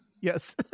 yes